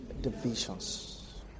Divisions